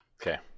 Okay